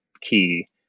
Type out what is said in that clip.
key